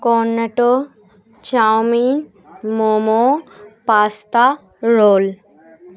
Cornetto chow mein momo pasta role